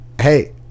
hey